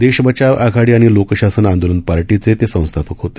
देश बचाव आघाडी आणि लोकशासन आंदोलन पार्टीचे ते संस्थापक होते